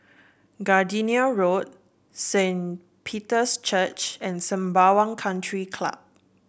Gardenia Road Saint Peter's Church and Sembawang Country Club